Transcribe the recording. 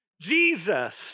Jesus